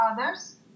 others